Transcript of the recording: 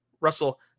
Russell